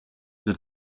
the